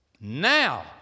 now